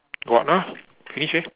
got ah finish eh